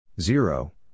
Zero